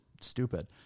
stupid